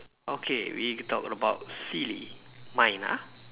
okay we talk about silly mine ah